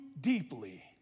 deeply